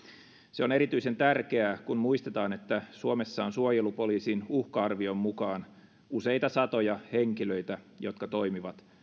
se on erityisen tärkeää kun muistetaan että suomessa on suojelupoliisin uhka arvion mukaan useita satoja henkilöitä jotka toimivat